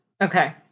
Okay